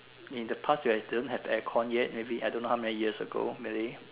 in the past where it doesn't have aircon yet maybe I don't know how many years ago maybe